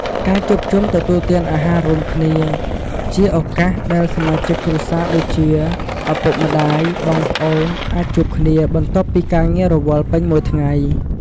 ការជួបជុំទទួលទានអាហាររួមគ្នា ជាឱកាសដែលសមាជិកគ្រួសារដូចជា ឪពុក ម្តាយ បងប្អូន អាចជួបគ្នា បន្ទាប់ពីការងាររវល់ពេញមួយថ្ងៃ។